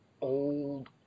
old